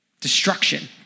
destruction